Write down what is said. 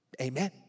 Amen